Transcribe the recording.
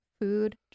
food